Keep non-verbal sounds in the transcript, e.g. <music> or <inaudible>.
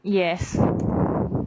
yes <breath>